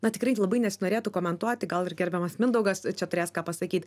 na tikrai labai nesinorėtų komentuoti gal ir gerbiamas mindaugas čia turės ką pasakyt